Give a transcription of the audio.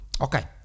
Okay